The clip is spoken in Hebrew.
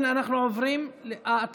הצעת חוק בינוי ופינוי של אזורי שיקום (כפר שלם),